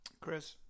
Chris